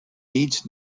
needs